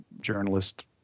journalist